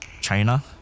China